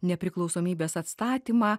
nepriklausomybės atstatymą